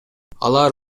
алар